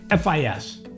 FIS